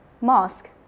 Mosque